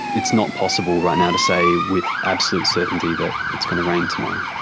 it's not possible right now to say with absolute certainty that it's going to rain tomorrow.